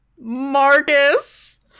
Marcus